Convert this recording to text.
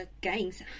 gains